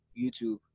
YouTube